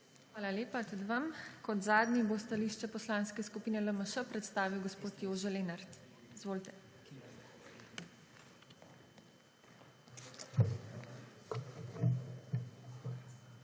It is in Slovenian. Hvala lepa tudi vam. Kot zadnji bo stališče Poslanske skupine LMŠ predstavil gospod Jože Lenart. Izvolite.